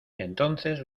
entonces